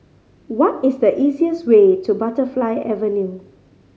what is the easiest way to Butterfly Avenue